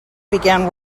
began